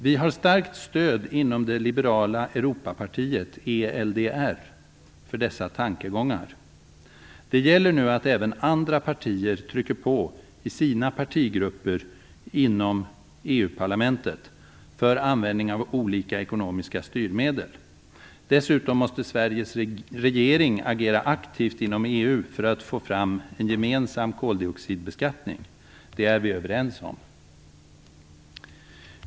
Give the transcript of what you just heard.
Vi har starkt stöd för dessa tankegångar inom det liberala Europapartiet, ELDR. Det gäller nu att även andra partier trycker på i sina partigrupper inom EU-parlamentet för användning av olika ekonomiska styrmedel. Dessutom måste Sveriges regering agera aktivt inom EU för att få fram en gemensam koldioxidbeskattning. Det är vi överens om.